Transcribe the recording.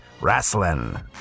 wrestling